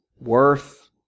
worth